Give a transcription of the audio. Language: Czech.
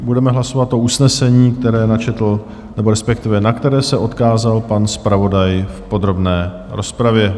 Budeme hlasovat o usnesení, které načetl, respektive na které se odkázal pan zpravodaj v podrobné rozpravě.